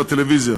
בטלוויזיה.